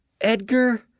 Edgar